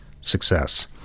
success